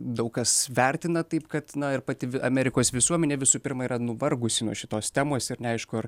daug kas vertina taip kad ir pati amerikos visuomenė visų pirma yra nuvargusi nuo šitos temos ir neaišku ar